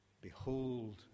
Behold